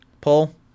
Paul